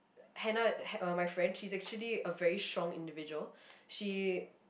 Hannah uh my friend she's actually a very strong individual she